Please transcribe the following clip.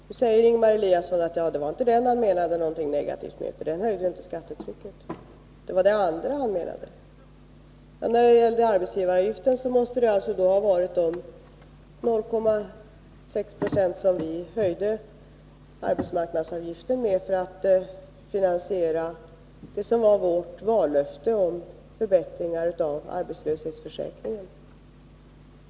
Nu säger Ingemar Eliasson att han inte menade att den var negativ, eftersom den inte höjde skattetrycket. Det var annat han menade. När det gällde arbetsgivaravgiften måste det alltså ha varit de 0,6 9o som vi höjde arbetsmarknadsavgiften med för att finansiera vårt vallöfte om förbättringar av arbetslöshetsförsäkringen.